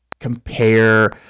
Compare